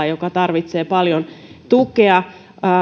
joka tarvitsee paljon tukea